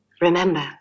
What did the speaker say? Remember